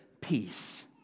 peace